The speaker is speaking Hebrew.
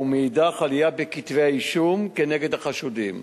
ומאידך עלייה בכתבי אישום נגד החשודים.